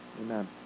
Amen